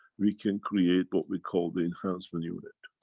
we can create what we call the enhancement unit.